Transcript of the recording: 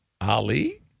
Ali